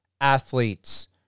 athletes